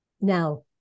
Now